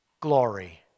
Glory